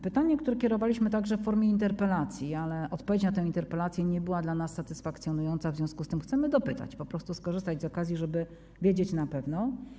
Pytanie skierowaliśmy także w formie interpelacji, ale odpowiedź na tę interpelację nie była dla nas satysfakcjonująca, w związku z tym chcemy dopytać, skorzystać z okazji, żeby wiedzieć na pewno.